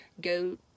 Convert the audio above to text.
go